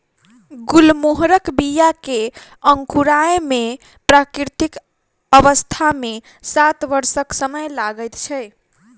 गुलमोहरक बीया के अंकुराय मे प्राकृतिक अवस्था मे सात वर्षक समय लगैत छै